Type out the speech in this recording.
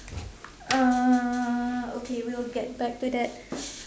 uh okay we'll get back to that